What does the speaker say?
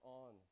on